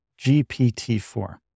GPT-4